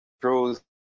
truth